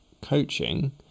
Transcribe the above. coaching